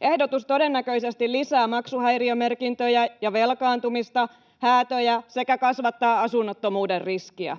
Ehdotus todennäköisesti lisää maksuhäiriömerkintöjä ja velkaantumista, häätöjä sekä kasvattaa asunnottomuuden riskiä.